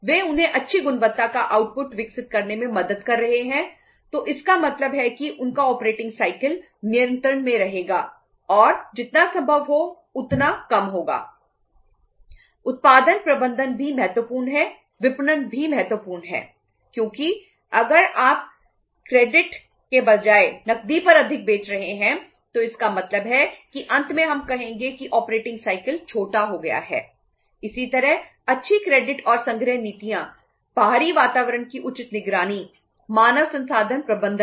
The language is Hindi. वे उन्हें अच्छी गुणवत्ता का आउटपुट और संग्रह नीतियां बाहरी वातावरण की उचित निगरानी मानव संसाधन प्रबंधन